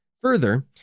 Further